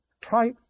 try